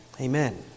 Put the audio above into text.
Amen